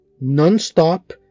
non-stop